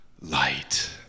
light